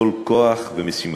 כל כוח ומשימתו.